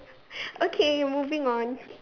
okay moving on